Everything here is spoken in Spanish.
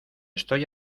estoy